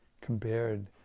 compared